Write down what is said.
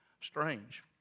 strange